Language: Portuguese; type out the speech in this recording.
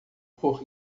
por